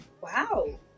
wow